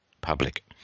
public